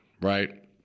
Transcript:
right